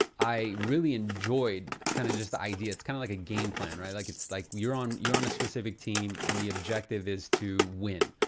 i really enjoyed kind of just the idea. it's kind of like a game plan, right? like it's like you're on you're on a specific team and the objective is to win.